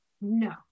No